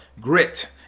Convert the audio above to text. grit